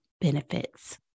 benefits